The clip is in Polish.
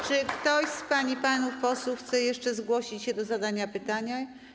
Czy ktoś z pań i panów posłów chce jeszcze zgłosić się do zadania pytania?